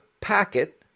packet